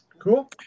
Cool